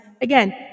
again